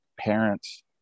parents